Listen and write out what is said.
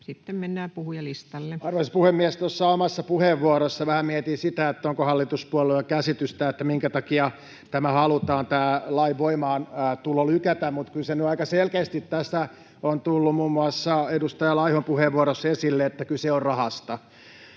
Sitten mennään puhujalistalle. Arvoisa puhemies! Tuossa omassa puheenvuorossani vähän mietin sitä, onko hallituspuolueilla käsitystä, minkä takia tämän lain voimaantuloa halutaan lykätä — mutta kyllä se nyt aika selkeästi tässä on tullut muun muassa edustaja Laihon puheenvuorossa esille, että kyse on rahasta.